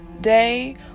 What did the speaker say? day